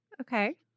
Okay